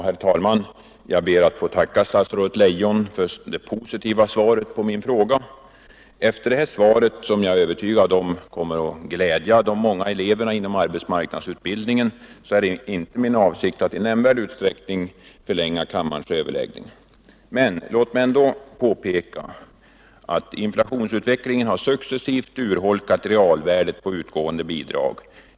Herr talman! Jag ber att få tacka statsrådet Leijon för det positiva svaret på min fråga. Efter detta svar, som jag är övertygad om kommer att glädja de många eleverna inom arbetsmarknadsutbildningen, är det inte min avsikt att i nämnvärd utsträckning förlänga kammarens överläggningar. Men låt mig ändå påpeka att inflationen successivt har urholkat realvärdet på utgående bidrag.